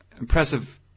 impressive